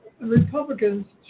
Republicans